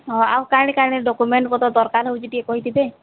ହଁ ଆଉ କା'ଣା କା'ଣା ଡକ୍ୟୁମେଣ୍ଟ୍ପତର୍ ଦରକାର୍ ହେଉଛେ ଟିକେ କହିଥିବେ